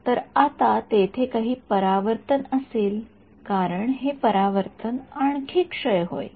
तर आता तेथे काही परावर्तन असेल कारण हे परावर्तन आणखी क्षय होईल